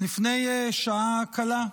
לפני שעה קלה,